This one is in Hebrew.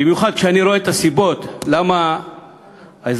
במיוחד כשאני רואה את הסיבות להתנגדות של